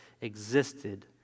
existed